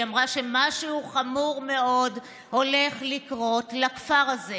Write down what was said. היא אמרה שמשהו חמור מאוד הולך לקרות לכפר הזה'.